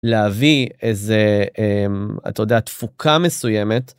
להביא איזה, אתה יודע, תפוקה מסוימת.